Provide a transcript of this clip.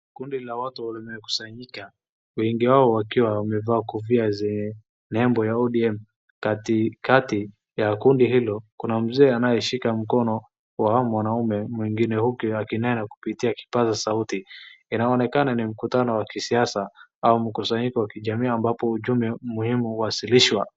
Kunda la watu limekusanyika, wengi wao wakiwa wamevaa kofia zenye nembo ya ODM. Katikati ya kundi hilo, kuna mzee anayeshika mkono wa mwanaume mwingine huku akinena kupitia kipaza sauti. Inaonekana ni mkutano wa kisiasa, au mkusanyiko wa kijamii ambapo ujumbe muhimu huwasilishwa.